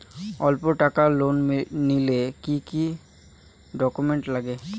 অল্প টাকার লোন নিলে কি কি ডকুমেন্ট লাগে?